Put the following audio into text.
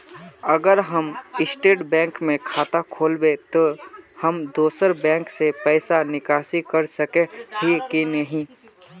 अगर हम state bank में खाता खोलबे तो हम दोसर बैंक से पैसा निकासी कर सके ही की नहीं?